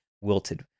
wilted